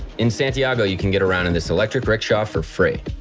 in santiago you can get around in this electric rickshaw for free.